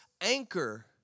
anchor